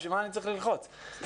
למה אני צריך ללחוץ עליך?